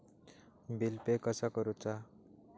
Bill pay कसा करुचा?